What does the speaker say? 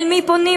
אל מי פונים?